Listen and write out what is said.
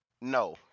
No